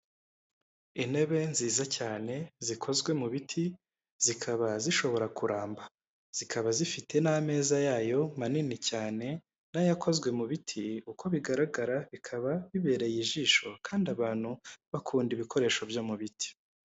Intebe nziza cyane zikozwe mu biti zikaba zishobora kuramba zikaba zifite n'ameza yayo manini cyane n'ayakozwe mu biti, uko bigaragara bikaba bibereye ijisho kandi abantu bakunda ibikoresho byo mu biti.